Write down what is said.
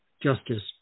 justice